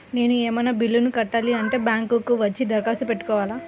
నేను ఏమన్నా బిల్లును కట్టాలి అంటే బ్యాంకు కు వచ్చి దరఖాస్తు పెట్టుకోవాలా?